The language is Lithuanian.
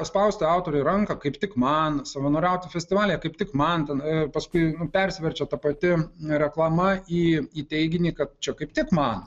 paspausti autoriui ranką kaip tik man savanoriauti festivalyje kaip tik man ten paskui persiverčia ta pati reklama į į teiginį kad čia kaip tik man